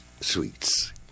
sweets